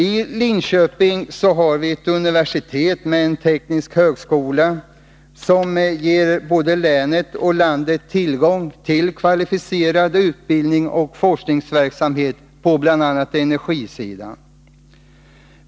I Linköping har vi ett universitet med en teknisk högskola som ger både länet och landet tillgång till kvalificerad utbildning och forskningsverksamhet på bl.a. energisidan.